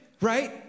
right